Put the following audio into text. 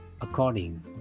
according